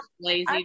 lazy